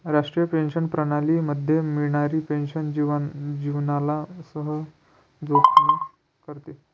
राष्ट्रीय पेंशन प्रणाली मध्ये मिळणारी पेन्शन जीवनाला सहजसोपे करते